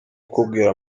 kukubwira